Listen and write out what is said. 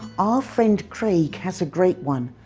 our friend craig has a great one.